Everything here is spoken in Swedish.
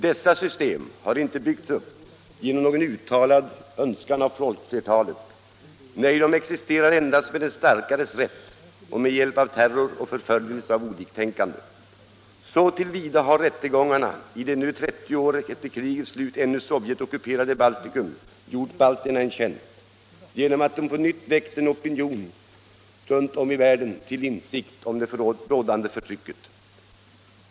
Dessa system har inte byggts upp genom någon uttalad önskan av folkflertalet, nej, de existerar endast med den starkares rätt och med hjälp av terror och förföljelse av oliktänkande. Så till vida har rättegångarna i det ännu 30 år efter krigets slut Sovjetockuperade Baltikum gjort balterna en tjänst genom att de på nytt väckt en opinion runt om i världen till insikt om det där rådande förtrycket.